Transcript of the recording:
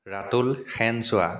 Ratul Senchowa